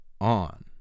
on